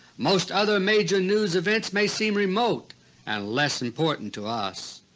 most other major news events may seem remote and less important to us.